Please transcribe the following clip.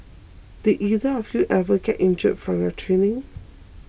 did either of you ever get injured from your training